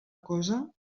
cosa